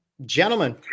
Gentlemen